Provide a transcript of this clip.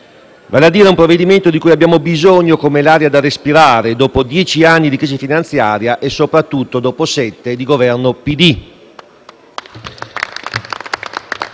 vale a dire un provvedimento di cui abbiamo bisogno come l'aria da respirare dopo dieci anni di crisi finanziaria e, soprattutto, dopo sette di Governo PD.